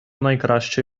найкраще